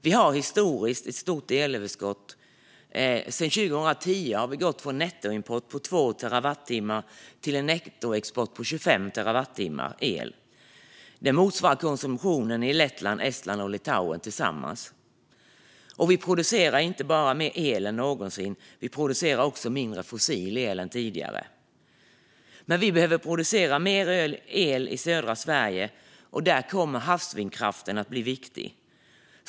Vi har historiskt ett stort elöverskott. Sedan 2010 har vi gått från nettoimport på 2 terawattimmar till en nettoexport på 25 terawattimmar el. Det motsvarar konsumtionen i Lettland, Estland och Litauen tillsammans. Vi producerar inte bara mer el än någonsin, utan vi producerar också mindre fossil el än tidigare. Vi behöver producera mer el i södra Sverige, och där kommer havsvindkraften att bli viktig.